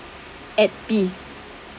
at peace